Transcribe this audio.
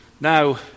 now